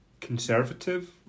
conservative